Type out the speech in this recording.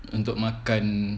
untuk makan